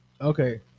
Okay